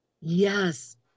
yes